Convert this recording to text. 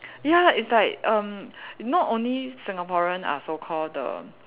ya it's like erm not only Singaporean are so called the